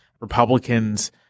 Republicans